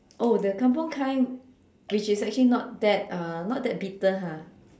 oh the kampung kind which is actually not that uh not that bitter ha